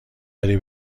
داری